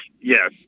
yes